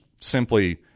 simply